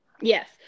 Yes